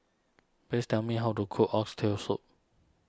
please tell me how to cook Oxtail Soup